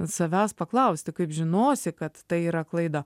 savęs paklausti kaip žinosi kad tai yra klaida